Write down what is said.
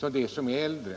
som de som är äldre.